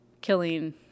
killing